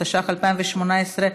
התשע"ח 2018,